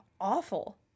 Awful